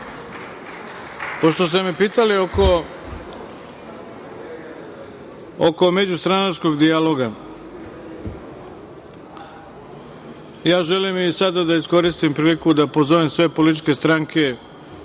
Hvala. Pošto ste me pitali oko međustranačkog dijaloga, ja želim i sada da iskoristim priliku da pozovem sve političke stranke